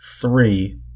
three